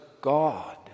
God